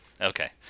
Okay